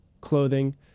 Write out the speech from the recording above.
clothing